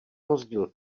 rozdíl